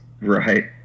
Right